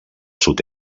sud